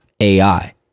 AI